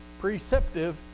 preceptive